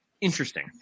Interesting